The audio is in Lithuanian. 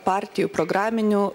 partijų programinių